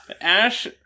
Ash